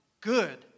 good